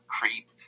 creep